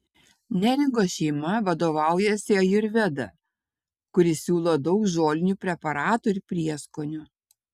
neringos šeima vadovaujasi ajurveda kuri siūlo daug žolinių preparatų ir prieskonių